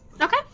Okay